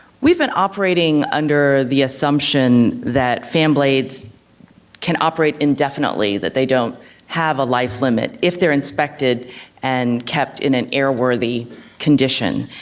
we've been operating under the assumption that fan blades can operate indefinitely, that they don't have a life limit if they're inspected and kept in an airworthy condition.